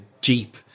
Jeep